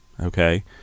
Okay